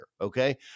okay